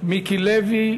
מיקי לוי.